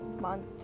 month